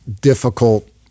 difficult